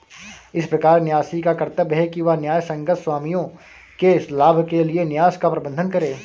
इस प्रकार न्यासी का कर्तव्य है कि वह न्यायसंगत स्वामियों के लाभ के लिए न्यास का प्रबंधन करे